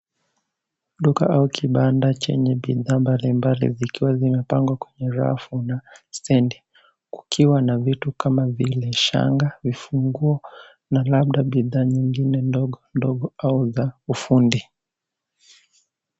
Duka au kibanda chenye bidhaa mbalimbali zikiwa zimepangwa kwenye rafu na sendi kukiwa na vitu kama vile shanga, vifunguo na labda bidha nyingine ndogo ndogo au za ufundi.